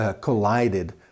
collided